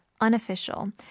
unofficial